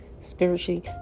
spiritually